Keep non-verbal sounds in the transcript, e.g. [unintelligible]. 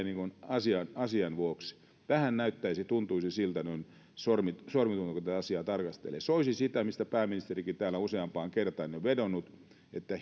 asian asian vuoksi vähän näyttäisi tuntuisi siltä noin sormituntumalta kun tätä asiaa tarkastelee soisi sitä mistä pääministerikin täällä useampaan kertaan on vedonnut että [unintelligible]